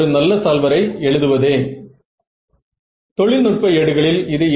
N 60 மற்றும் இது 0 க்கு அருகில் உள்ளது